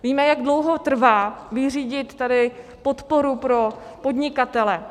Víme, jak dlouho trvá vyřídit podporu pro podnikatele.